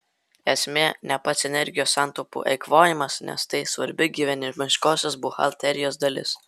esmė ne pats energijos santaupų eikvojimas nes tai svarbi gyvenimiškosios buhalterijos dalis